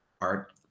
art